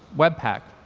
webpack,